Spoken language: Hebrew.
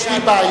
יש לי בעיה,